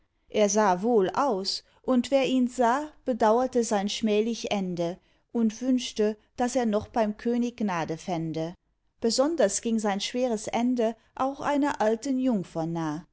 er sah wohl aus und wer ihn sah bedauerte sein schmählich ende und wünschte daß er noch beim könig gnade fände besonders ging sein schweres ende auch einer alten jungfer nah